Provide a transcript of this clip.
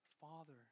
Father